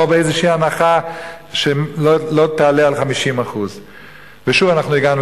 או באיזו הנחה שלא תעלה על 50%. שוב אנחנו הגענו